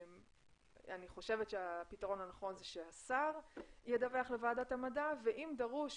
אני חושבת שהפתרון הנכון הוא שהשר ידווח לוועדת המדע ואם דרוש,